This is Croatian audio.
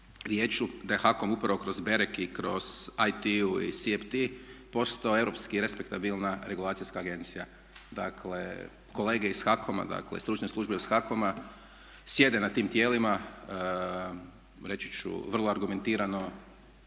da je HAKOM upravo kroz BEREK i kroz AT i SPT postao europski respektabilna regulacijska agencija. Dakle kolege iz HAKOM-a, dakle stručne službe iz HAKOM-a sjede na tim tijelima, reći ću vrlo argumentirano